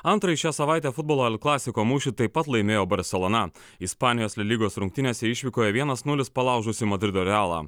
antrąjį šią savaitę futbolo klasiko mūšį taip pat laimėjo barselona ispanijos lygos rungtynėse išvykoje vienas nulis palaužusi madrido realą